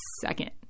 second